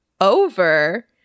Over